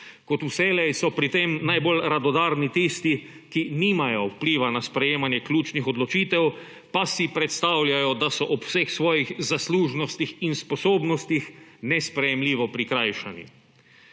Kot vselej so pri tem najbolj radodarni tisti, ki nimajo vpliva na sprejemanje ključnih odločitev, pa si predstavljajo, da so ob vseh svojih zaslužnostih in sposobnostih nesprejemljivo prikrajšani.